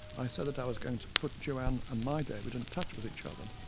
i said that i was going to put joanne and my david in touch with each other.